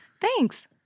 Thanks